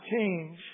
change